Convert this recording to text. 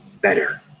better